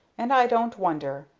and i don't wonder.